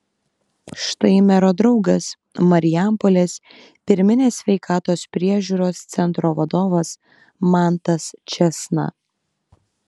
štai mero draugas marijampolės pirminės sveikatos priežiūros centro vadovas mantas čėsna